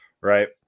right